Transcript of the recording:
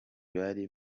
bari